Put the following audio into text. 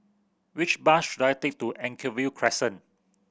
which bus should I take to Anchorvale Crescent